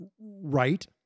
right